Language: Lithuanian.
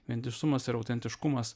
vientisumas ir autentiškumas